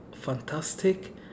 fantastic